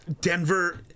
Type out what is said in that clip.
denver